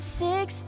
six